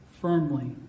firmly